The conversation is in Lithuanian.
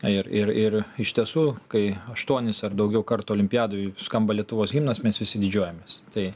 ir ir ir iš tiesų kai aštuonis ar daugiau kartų olimpiadoj skamba lietuvos himnas mes visi didžiuojamės tai